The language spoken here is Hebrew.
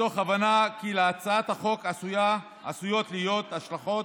מתוך הבנה כי להצעת החוק עשויות להיות השלכות